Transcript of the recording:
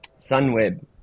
Sunweb